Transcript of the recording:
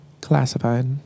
classified